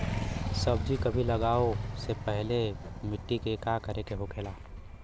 सब्जी कभी लगाओ से पहले मिट्टी के का करे के होखे ला?